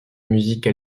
musique